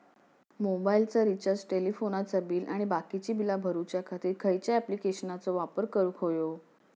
मोबाईलाचा रिचार्ज टेलिफोनाचा बिल आणि बाकीची बिला भरूच्या खातीर खयच्या ॲप्लिकेशनाचो वापर करूक होयो?